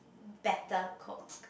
better cook